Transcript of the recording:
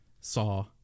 Saw